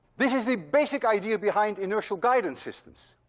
this is the basic idea behind inertial guidance systems.